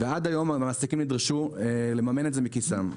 עד היום המעסיקים נדרשו לממן את זה מכיסם.